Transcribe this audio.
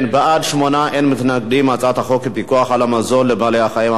ההצעה להעביר את הצעת חוק הפיקוח על מזון לבעלי-חיים,